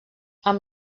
amb